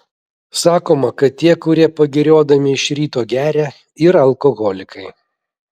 sakoma kad tie kurie pagiriodami iš ryto geria yra alkoholikai